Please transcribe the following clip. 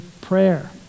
prayer